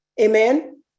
amen